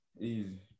Easy